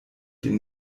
den